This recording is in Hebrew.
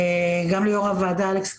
ליושב-ראש הוועדה אלכס קושניר,